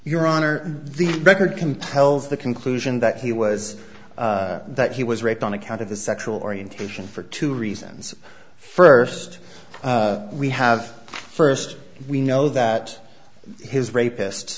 your honor the record compels the conclusion that he was that he was raped on account of the sexual orientation for two reasons first we have first we know that his rapists